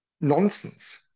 nonsense